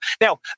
Now